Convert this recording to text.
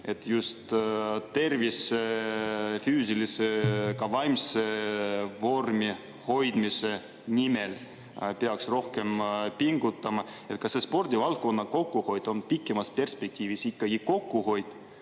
et just tervise, füüsilise ja ka vaimse vormi hoidmise nimel peaks rohkem pingutama, kas see spordivaldkonna kokkuhoid on pikemas perspektiivis ikkagi kokkuhoid?